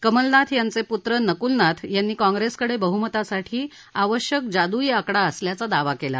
कमलनाथ यांचे पुत्र नकुलनाथ यांनी काँग्रेसकडे बहुमतासाठी आवश्यक जादुई आकडा असल्याचा दावा केला